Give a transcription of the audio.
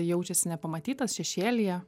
jaučiasi nepamatytas šešėlyje